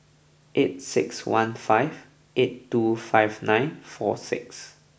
eight six one five eight two five nine four six